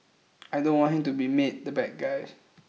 I don't want him to be made the bad guys